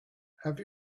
have